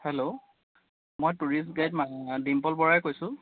hello মই tourist guide Dimple Borah কৈছোঁ